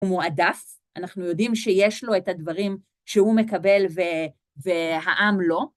הוא מועדף, אנחנו יודעים שיש לו את הדברים שהוא מקבל והעם לא.